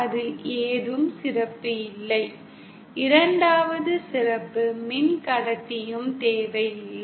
அதில் ஏதும் சிறப்பு இல்லை 2 வது சிறப்பு மின்கடத்தியும் தேவையில்லை